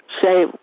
say